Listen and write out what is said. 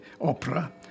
opera